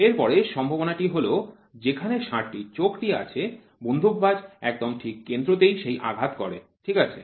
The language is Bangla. এরপরের সম্ভাবনাটি হল যেখানে ষাঁড়টির চোখটি আছে বন্দুকবাজ একদম ঠিক কেন্দ্র তেই সেই আঘাত করে ঠিক আছে